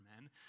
men